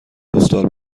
پستال